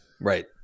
Right